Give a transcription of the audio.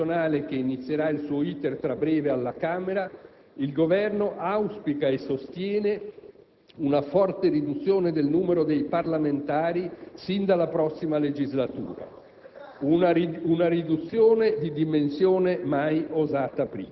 Ma c'è di più: nel quadro del disegno di riforma costituzionale che inizierà il suo *iter* tra breve alla Camera, il Governo auspica e sostiene una forte riduzione del numero dei parlamentari sin dalla prossima legislatura,